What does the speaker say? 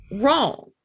wrong